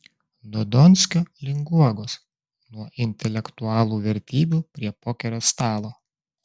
nuo donskio link guogos nuo intelektualų vertybių prie pokerio stalo